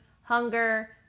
hunger